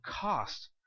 cost